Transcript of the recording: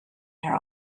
their